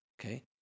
okay